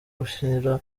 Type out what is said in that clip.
gushyira